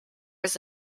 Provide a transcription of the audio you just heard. was